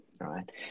right